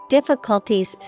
Difficulties